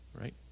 Right